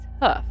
hoof